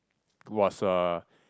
was a